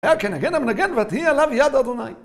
היה כנגן המנגן ותהיי עליו יד אדוני.